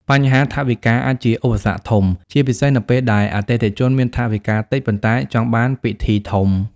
បញ្ហាថវិកា អាចជាឧបសគ្គធំ ជាពិសេសនៅពេលដែលអតិថិជនមានថវិកាតិច ប៉ុន្តែចង់បានពិធីធំ។